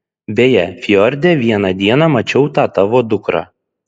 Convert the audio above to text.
beje fjorde vieną dieną mačiau tą tavo dukrą